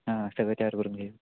हां सगळं तयार करून घेऊ